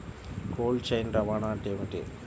Cold chain రవాణా అంటే ఏమిటీ?